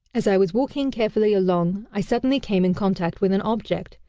as i was walking carefully along, i suddenly came in contact with an object,